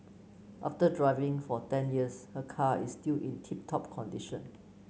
after driving for ten years her car is still in tip top condition